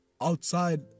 outside